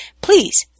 please